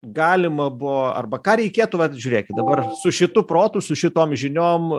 galima buvo arba ką reikėtų vat žiūrėkit dabar su šitu protu su šitom žiniom